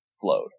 flowed